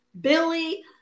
Billy